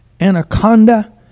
Anaconda